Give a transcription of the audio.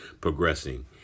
progressing